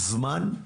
זמן,